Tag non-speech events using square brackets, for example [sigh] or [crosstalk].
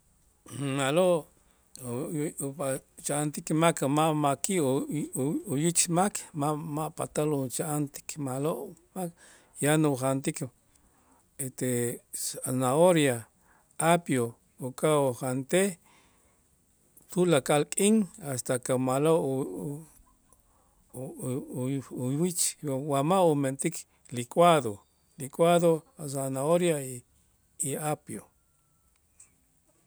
Ma'lo [unintelligible] ucha'antik mak ma' ma'ki' u- u- uyich mak ma- ma' patal ucha'antik ma'lo' yan ujantik etel zanahoria, apio, uka' ujantej tulakal k'in hasta que ma'lo' u- u- u- u- uwich wa ma' umentik licuado, licuado a' zanahoria y apio.